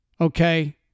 okay